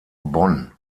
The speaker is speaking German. bonn